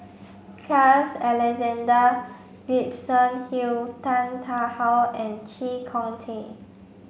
Carl Alexander Gibson Hill Tan Tarn How and Chee Kong Tet